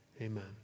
Amen